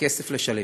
כסף לשלם.